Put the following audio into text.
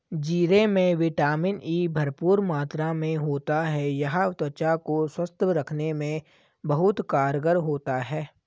जीरे में vitamin E भरपूर मात्रा में होता है यह त्वचा को स्वस्थ रखने में बहुत कारगर होता है